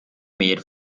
mehr